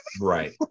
right